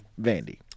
Vandy